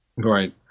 Right